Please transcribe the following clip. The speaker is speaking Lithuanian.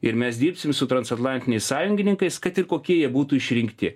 ir mes dirbsim su transatlantiniais sąjungininkais kad ir kokie jie būtų išrinkti